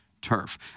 Turf